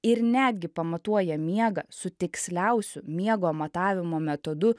ir netgi pamatuoja miegą su tiksliausiu miego matavimo metodu